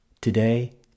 Today